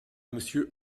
monsieur